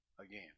again